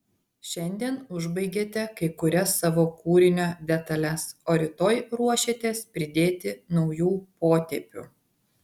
šiandien užbaigėte kai kurias savo kūrinio detales o rytoj ruošiatės pridėti naujų potėpių